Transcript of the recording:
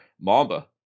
Mamba